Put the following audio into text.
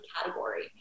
category